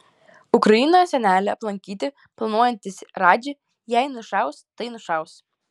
ukrainoje senelį aplankyti planuojantis radži jei nušaus tai nušaus